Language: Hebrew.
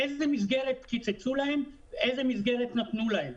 איזו מסגרת קיצצו להם ואיזו מסגרת נתנו להם,